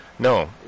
No